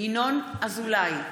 ינון אזולאי,